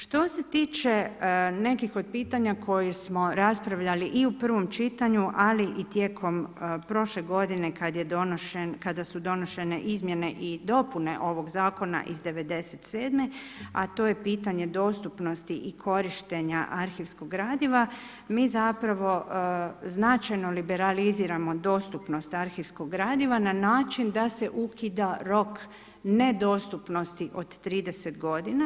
Što se tiče nekih od pitanja koje smo raspravljali i u prvom čitanju, ali i tijekom prošle godine kada su donošene izmjene i dopune ovog Zakona iz 1997., a to je pitanje dostupnosti i korištenja arhivskog gradiva, mi zapravo značajno liberaliziramo dostupnost arhivskog gradiva na način da se ukida rok nedostupnosti od 30 godina.